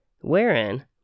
wherein